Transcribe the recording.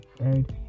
right